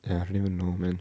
ya I don't even know man